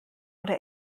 oder